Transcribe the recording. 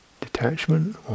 Detachment